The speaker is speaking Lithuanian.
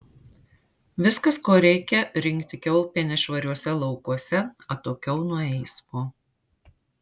viskas ko reikia rinkti kiaulpienes švariuose laukuose atokiau nuo eismo